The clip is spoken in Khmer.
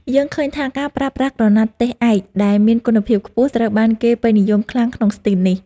យើងឃើញថាការប្រើប្រាស់ក្រណាត់ទេសឯកដែលមានគុណភាពខ្ពស់ត្រូវបានគេពេញនិយមខ្លាំងក្នុងស្ទីលនេះ។